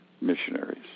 missionaries